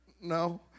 No